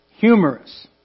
humorous